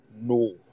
no